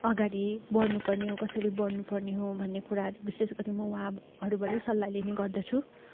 अगाडि बढ्नुपर्ने हो कसरी बढ्नुपर्ने हो भन्ने कुराहरू विशेष गरी म उहाँहरूबाटै सल्लाह लिने गर्दछु